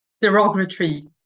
derogatory